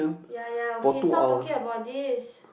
yea yea okay stop talking about this